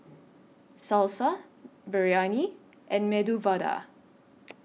Salsa Biryani and Medu Vada